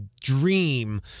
dream